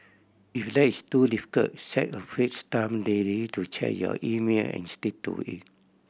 if that's too difficult set a fixed time daily to check your email and stick to it